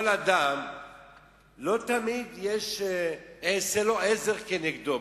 לא תמיד, אעשה לו עזר כנגדו.